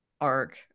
arc